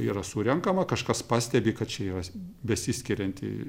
yra surenkama kažkas pastebi kad čia yra besiskirianti